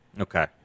okay